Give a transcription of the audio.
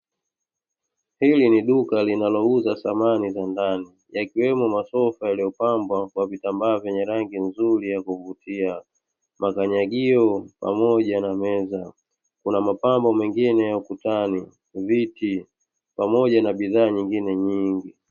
Hili ni duka linalouza samani za ndani yakiwemo masofa yaliyopambwa kwa vitambaa vyenye rangi nzuri ya kuvutia, makanyagio pamoja na meza, kuna mapambo mengine ukutani, viti pamoja na bidhaa nyingine nyingi.